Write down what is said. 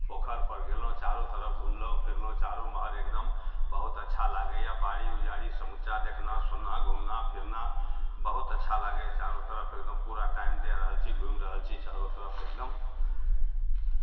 पोखरिपर गेलहुँ चारू तरफ घुमलहुँ फिरलहुँ चारू ओमहर एकदम बहुत अच्छा लागैए बाड़ी ओ झाड़ी समुच्चा देखना सुनना फिरना बहुत अच्छा लागैए चारू तरफ एकदम पूरा टाइम दे रहल छी घुमि रहल छी चारू तरफ एकदम